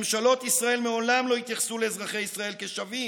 ממשלות ישראל מעולם לא התייחסו לאזרחי ישראל כשווים,